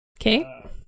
Okay